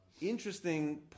Interesting